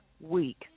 week